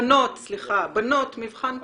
בנות זה מבחן פשוט.